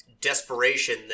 desperation